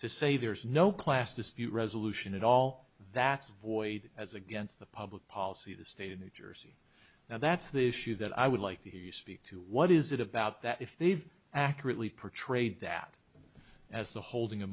to say there is no class dispute resolution at all that's avoided as against the public policy of the state of new jersey now that's the issue that i would like to hear you speak to what is it about that if they've accurately portrayed that as the holding